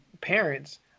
parents